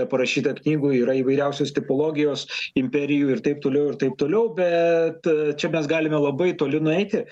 parašyta knygų yra įvairiausios tipologijos imperijų ir taip toliau ir taip toliau bet čia mes galime labai toli nueiti